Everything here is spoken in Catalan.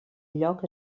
lloc